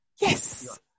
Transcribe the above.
yes